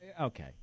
Okay